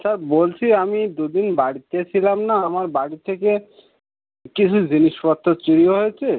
আচ্ছা বলছি আমি দু দিন বাড়িতে ছিলাম না আমার বাড়ি থেকে কিছু জিনিসপত্র চুরি হয়েছে